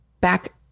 Back